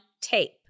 tape